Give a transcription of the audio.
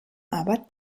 aber